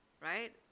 right